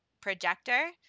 projector